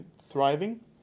thriving